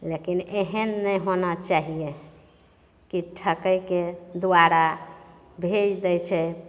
लेकिन एहेन नहि होना चाहिये की ठकैके द्वारा भेज दै छै